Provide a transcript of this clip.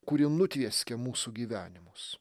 kuri nutvieskia mūsų gyvenimus